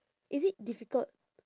is it difficult